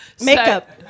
Makeup